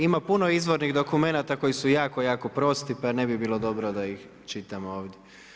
Ima puno izvornih dokumenata koji su jako, jako prosti pa ne bi bilo dobro da ih čitamo ovdje.